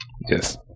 Yes